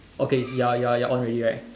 okay you are you are on already right